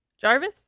Jarvis